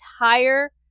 entire